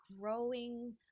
growing